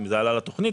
אם זה עלה לתוכנית,